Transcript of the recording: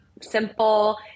simple